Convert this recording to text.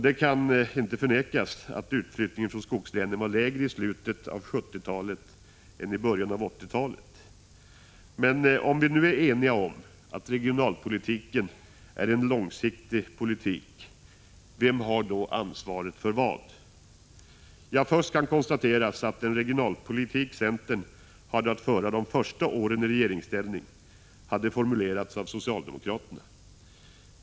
Det kan inte förnekas att utflyttningen från skogslänen var lägre i slutet av 1970-talet än i början av 1980-talet. Men om vi nu är eniga om att regionalpolitiken är en långsiktig politik, vem har då ansvar för vad? Först kan konstateras att den regionalpolitik centern hade att föra de första åren i regeringsställning hade formulerats av socialdemokraterna.